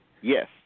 Yes